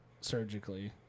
surgically